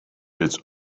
its